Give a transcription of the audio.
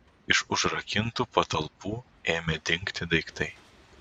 iš užrakintų patalpų ėmė dingti daiktai